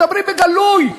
מדברים בגלוי,